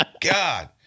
god